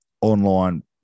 online